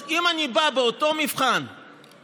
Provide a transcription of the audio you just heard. אז אם אני בא עם אותו מבחן מספרי,